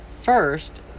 First